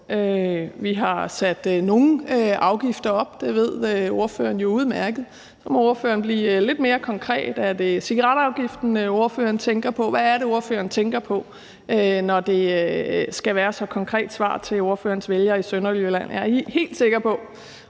Vi har sat nogle afgifter op, og det ved spørgeren jo udmærket, så spørgeren må blive lidt mere konkret. Er det cigaretafgiften, spørgeren tænker på? Hvad er det, spørgeren tænker på, når det skal være et så konkret svar til spørgerens vælgere i Sønderjylland? Jeg er helt sikker på,